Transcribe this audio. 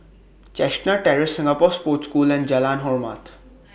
Chestnut Terrace Singapore Sports School and Jalan Hormat